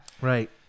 Right